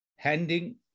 handing